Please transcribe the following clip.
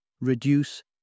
reduce